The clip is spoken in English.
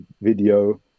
video